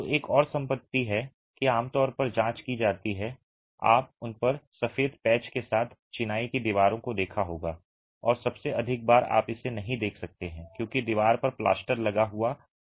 तो एक और संपत्ति है कि आम तौर पर जाँच की जाती है और आप उन पर सफेद पैच के साथ चिनाई की दीवारों को देखा होगा और सबसे अधिक बार आप इसे नहीं देख सकते हैं क्योंकि दीवार पर प्लास्टर लगा हुआ है